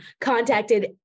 contacted